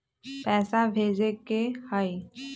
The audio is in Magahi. पैसा भेजे के हाइ?